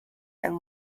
and